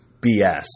BS